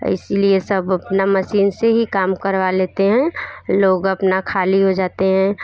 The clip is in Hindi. इसी लिए सब अपना मसीन से ही काम करवा लेते हैं लोग अपना ख़ाली हो जाते हैं